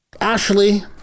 ashley